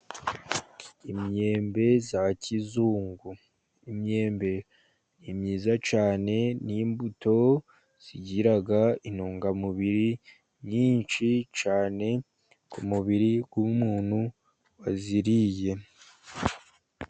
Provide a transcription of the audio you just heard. Imyembe ya kizungu. Imyembe ni myiza cyane, ni imbuto zigiraga intungamubiri nyinshi cyane, ku mubiri w'umuntu waziriye.